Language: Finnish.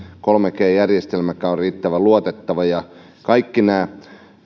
kolme g järjestelmäkään ole riittävän luotettava ja kaikki nämä